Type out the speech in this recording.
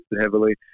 heavily